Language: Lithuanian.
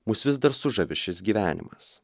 mus vis dar sužavi šis gyvenimas